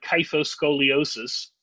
kyphoscoliosis